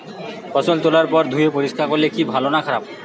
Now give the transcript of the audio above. ফসল তোলার পর ধুয়ে পরিষ্কার করলে কি ভালো না খারাপ?